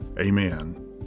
amen